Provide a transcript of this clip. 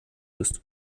ist